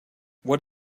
what